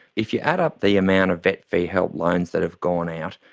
if you add up the amount of vet fee-help loans that have gone out,